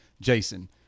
Jason